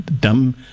dumb